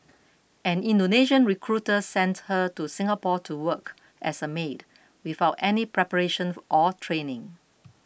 an Indonesian recruiter sent her to Singapore to work as a maid without any preparation or training